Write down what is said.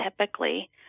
typically